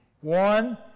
One